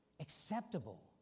acceptable